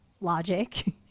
logic